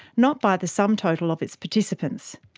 not by the sum total of its participants.